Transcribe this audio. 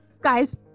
Guys